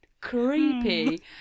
Creepy